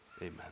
amen